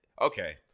okay